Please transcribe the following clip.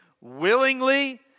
willingly